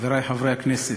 חברי חברי הכנסת,